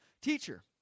Teacher